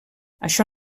això